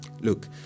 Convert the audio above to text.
Look